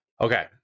Okay